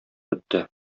бетте